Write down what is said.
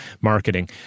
marketing